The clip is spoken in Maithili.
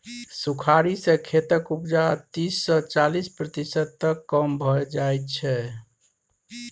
सुखाड़ि सँ खेतक उपजा तीस सँ चालीस प्रतिशत तक कम भए जाइ छै